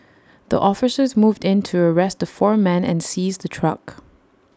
the officers moved in to arrest the four men and seize the truck